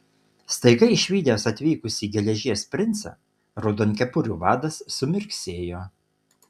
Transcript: staiga išvydęs atvykusį geležies princą raudonkepurių vadas sumirksėjo